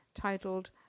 titled